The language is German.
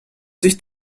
sich